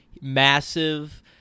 massive